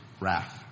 wrath